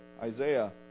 Isaiah